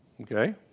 Okay